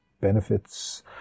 benefits